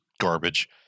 garbage